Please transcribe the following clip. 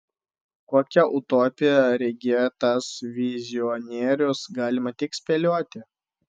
kokią utopiją regėjo tas vizionierius galima tik spėlioti